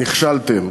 נכשלתם.